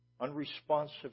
unresponsive